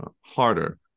harder